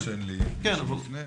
ככל שאין לי מי שמפנה.